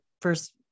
first